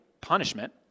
punishment